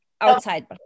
outside